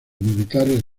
militares